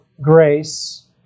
grace